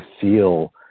feel